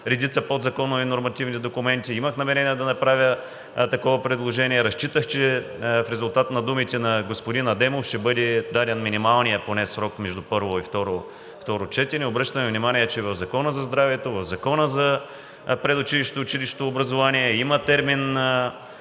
редица подзаконови нормативни документи. Имах намерение да направя такова предложение. Разчитах, че в резултат на думите на господин Адемов ще бъде даден минималният поне срок между първо и второ четене. Обръщам Ви внимание, че в Закона за здравето, в Закона за предучилищно и училищно образование има термин